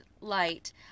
light